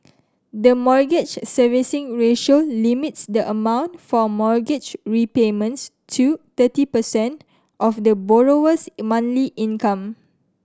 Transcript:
the Mortgage Servicing Ratio limits the amount for mortgage repayments to thirty percent of the borrower's monthly income